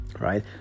Right